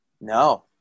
No